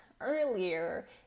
earlier